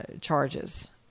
charges